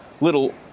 little